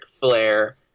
Flair